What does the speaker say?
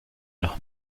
los